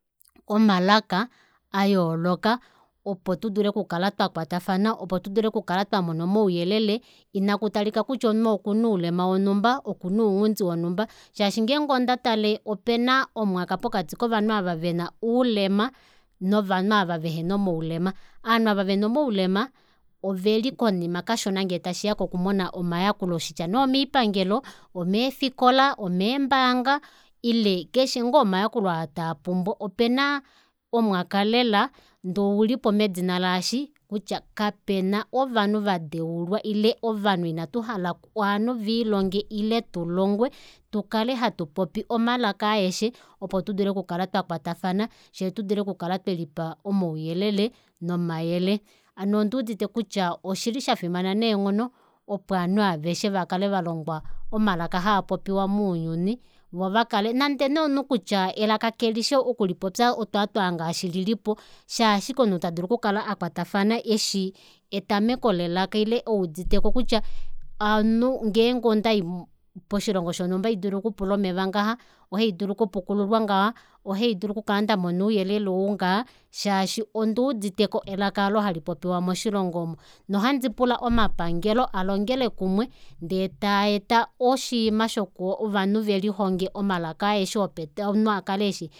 Omalaka ayooloka opo tudule okukala twakwatafana opo tudule okukala twamona omauyelele ina kutalika kutya omunhu okuna olema wonumba okuna ounghundi wonumba shaashi ngenge ondatale opena omwaka pokati kovanhu ava vena oulema novanhu aava vehena omaulema ovanhu ava vena omaulema oveli konima kashona ngee tashiya kokumona omayakulo kutya nee omiipangelo kutya nee omiipangelo omeefikola omembaanga ile keshe ngoo omayakulo oo tavapumbwa opena omwaka lela ndee oulipo medina laashi kutya kapena ovanhu vadeulwa ile ovanhu inatuhala oku ovanhu viilonge ile tulongwe tukale hatupopi omalaka aeshe opo tudule okukala twakwatafana fyee tudule okukala twelipa omauyelele nomayele hano ondiudite kutya oshili shafimana neenghono opo ovanhu aveshe vakale valongwa omalaka haapopiwa mounyuni voo vakale nande nee omunhu kutya elaka kelishi okulipopya otwaatwa ngaashi lilipo shaashike omunhu tadulu okukala akwatafana eshi etameko lelaka ile euditeko kutya omunhu ngenge ondayi koshilongo shonumba ohaidulu okupula omeva ngaha ohadidulu okupukululwa ngaha ohaidulu okukala ndamona ouyelele ou ngaha shaashi onduuditeko elaka aalo halipopiwa moshilongo omo nohandi pula omapangelo alongele kumwe ndee taeta oshimaa shokoo ovanhu velihonge omalaka aeshe omunhu akale eshi